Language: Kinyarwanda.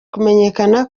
kumenyekana